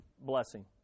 blessing